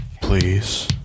Please